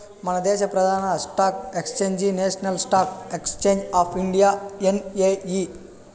మనదేశ ప్రదాన stock exchange national stock exchange of India NSE